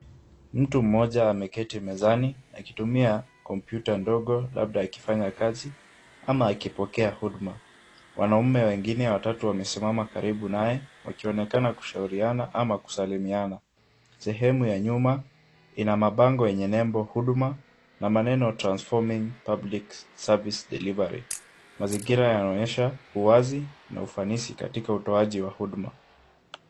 Mtu mmoja ameketi mezani akitumia kompyuta ndogo labda akifanya kazi ama akipokea huduma. Wanaume wengine watatu wamesimama karibu naye wakionekana kushauriana ama kusalimiana. Sehemu ya nyuma ina mabango yenye nembo huduma na maneno transforming public service delivery .Mazingira yanaonyesha uwazi na ufanisi katika utoaji wa huduma.